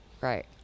right